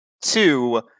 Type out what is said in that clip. two